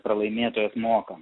pralaimėtojas moka